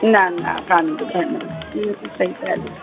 न न कोन ॿुधाईंदा इहो त सही ॻाल्हि आहे